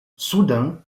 soudain